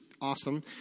awesome